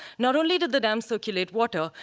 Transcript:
not only did the dam circulate water,